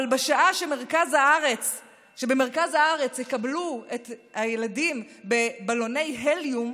אבל בשעה שבמרכז הארץ יקבלו את הילדים בבלוני הליום,